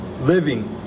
living